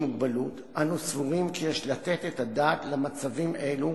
מוגבלות אנו סבורים כי יש לתת את הדעת למצבים אלו